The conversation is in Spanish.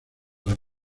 las